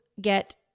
get